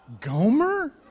Gomer